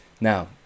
Now